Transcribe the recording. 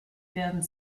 werden